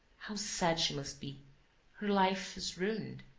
how sad she must be! her life is ruined.